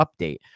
update